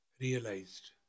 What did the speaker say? realized